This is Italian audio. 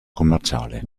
commerciale